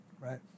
Right